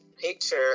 picture